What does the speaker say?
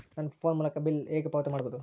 ನನ್ನ ಫೋನ್ ಮೂಲಕ ಹೇಗೆ ಬಿಲ್ ಪಾವತಿ ಮಾಡಬಹುದು?